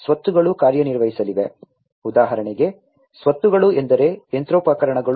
ಸ್ವತ್ತುಗಳು ಕಾರ್ಯನಿರ್ವಹಿಸಲಿವೆ ಉದಾಹರಣೆಗೆ ಸ್ವತ್ತುಗಳು ಎಂದರೆ ಯಂತ್ರೋಪಕರಣಗಳು